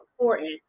important